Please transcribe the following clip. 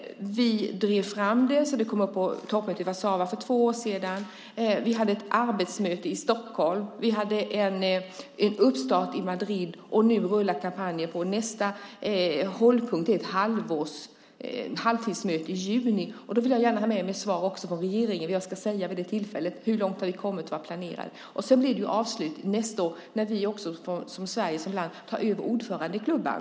Vi drev fram det, så att det togs upp vid toppmötet i Warszawa för två år sedan. Vi hade ett arbetsmöte i Stockholm, en uppstart i Madrid, och nu rullar kampanjen på. Nästa hållpunkt är ett halvtidsmöte i juni. Då vill jag gärna ha med mig svar från regeringen som jag kan framföra vid det tillfället: Hur långt har vi kommit och vad planerar vi? Sedan blir det avslutning nästa år. Då får vi i Sverige ta över ordförandeklubban.